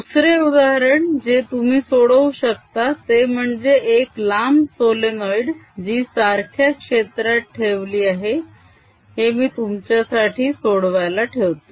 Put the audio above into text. दुसरे उदाहरण जे तुम्ही सोडवू शकता ते म्हणजे एक लांब सोलेनोईड जी सारख्या क्षेत्रात ठेवली आहे हे मी तुमच्यासाठी सोडवायला ठेवतो